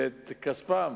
ואת כספם